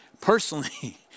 Personally